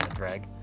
drag.